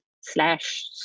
Slash